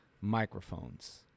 microphones